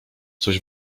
coś